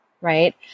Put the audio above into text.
Right